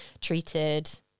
treated